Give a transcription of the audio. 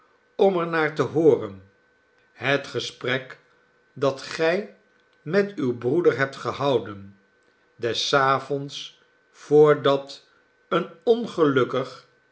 om er naar te hooren het gesprek dat gij met uw broeder hebt gehouden des avonds voordat een ongelukkig